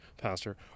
Pastor